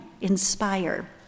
inspire